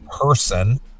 person